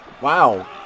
Wow